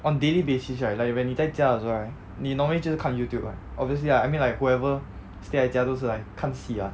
on daily basis right like when 你在家的时候 right 你 normally 就是看 YouTube ah obviously lah I mean like whoever stay 在家都是 like 看戏啊